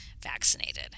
vaccinated